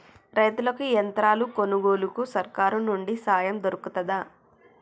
రైతులకి యంత్రాలు కొనుగోలుకు సర్కారు నుండి సాయం దొరుకుతదా?